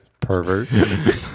Pervert